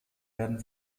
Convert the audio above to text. werden